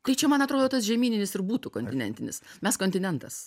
tai čia man atrodo tas žemyninis ir būtų kontinentinis mes kontinentas